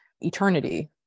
eternity